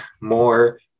more